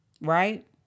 right